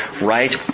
right